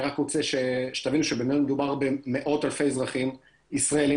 אני רק רוצה שתבינו שמדובר במאות אלפי אזרחים ישראלים